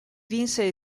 vinse